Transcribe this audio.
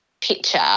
picture